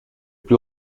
plus